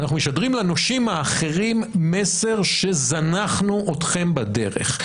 אנחנו משדרים לנושים האחרים מסר שזנחנו אותם בדרך.